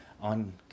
on